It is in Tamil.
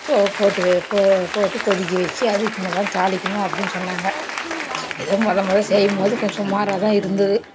போட்டு வே போ போட்டு கொதிக்க வச்சு அதுக்கு பின்னே தான் தாளிக்கணும் அப்படின்னு சொன்னாங்க ஏதோ மொதல் மொதல் செய்யும்போது கொஞ்சம் சுமாராகதான் இருந்தது